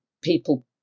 people